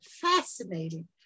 fascinating